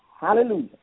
hallelujah